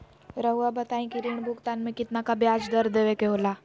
रहुआ बताइं कि ऋण भुगतान में कितना का ब्याज दर देवें के होला?